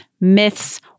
myths